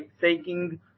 thanking